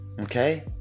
okay